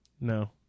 no